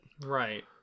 right